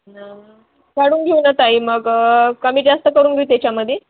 न काढून घेऊ न ताई मग कमी जास्त करून घेऊ त्याच्यामध्ये